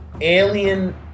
Alien